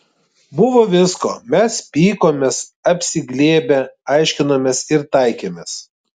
buvo visko mes pykomės apsiglėbę aiškinomės ir taikėmės